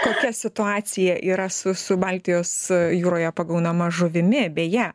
kokia situacija yra su su baltijos jūroje pagaunama žuvimi beje